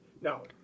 No